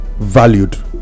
valued